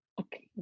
Okay